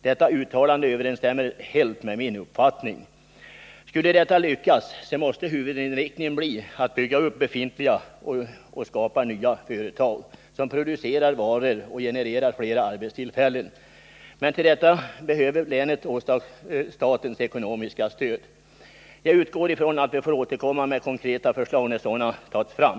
Detta uttalande överenstämmer helt med min uppfattning. Men om man skall lyckas åstadkomma detta, måste huvudinriktningen bli att bygga ut befintliga och skapa nya företag som producerar varor och genererar flera arbetstillfällen, och då behöver länet statens ekonomiska stöd. Jag utgår ifrån att vi får återkomma med konkreta förslag när sådana tagits fram.